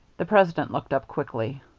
the president looked up quickly.